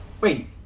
Wait